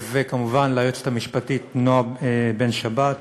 וכמובן ליועצת המשפטית נועה בן-שבת,